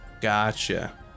Gotcha